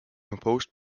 composed